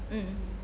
mm